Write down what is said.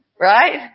Right